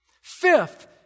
Fifth